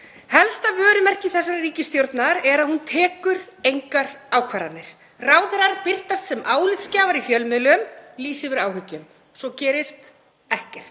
Helsta vörumerki þessarar ríkisstjórnar er að hún tekur engar ákvarðanir. Ráðherrar birtast sem álitsgjafar í fjölmiðlum, lýsa yfir áhyggjum og svo gerist ekkert.